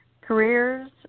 careers